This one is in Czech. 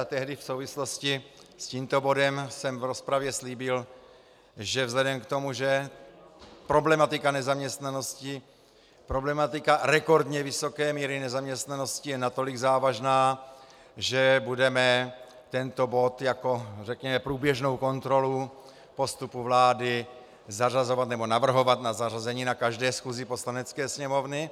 Tehdy v souvislosti s tímto bodem jsem v rozpravě slíbil, že vzhledem k tomu, že problematika nezaměstnanosti, problematika rekordně vysoké míry nezaměstnanosti je natolik závažná, že budeme tento bod jako, řekněme, průběžnou kontrolu postupu vlády zařazovat nebo navrhovat na zařazení na každé schůzi Poslanecké sněmovny.